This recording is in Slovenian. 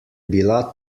bila